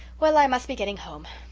well, i must be getting home.